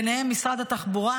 ובהם משרד התחבורה,